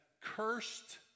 cursed